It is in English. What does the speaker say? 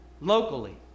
locally